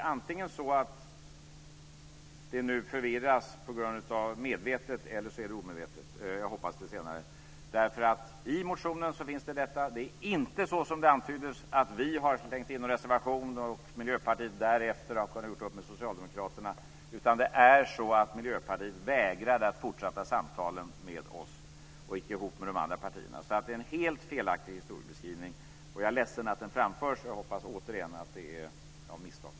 Antingen är det så att det är en medveten eller omedveten förvirring - jag hoppas det senare. I motionen finns detta med. Det är inte så som det antyddes, att vi har avgett en reservation och att Miljöpartiet därefter har gjort upp med socialdemokraterna, utan Miljöpartiet vägrade att fortsätta samtalen med oss och gick ihop med de andra partierna. Det är alltså en helt felaktig historieskrivning, och jag är ledsen för att den framförs. Jag hoppas återigen att det är av misstag.